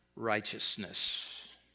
Righteousness